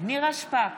נירה שפק,